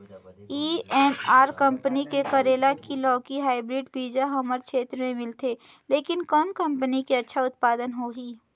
VNR company के करेला की लौकी हाईब्रिड बीजा हमर क्षेत्र मे मिलथे, लेकिन कौन कंपनी के अच्छा उत्पादन होही?